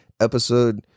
episode